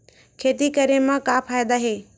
खेती करे म का फ़ायदा हे?